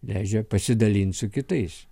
leidžia pasidalint su kitais